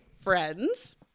friends